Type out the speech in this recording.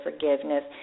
forgiveness